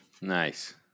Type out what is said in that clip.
Nice